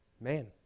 Man